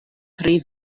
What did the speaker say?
tri